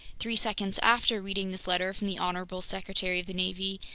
three seconds after reading this letter from the honorable secretary of the navy,